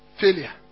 failure